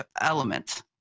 elements